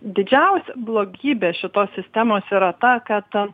didžiausia blogybė šitos sistemos yra ta kad